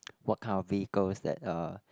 what kind of vehicles that uh